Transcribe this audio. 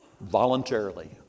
Voluntarily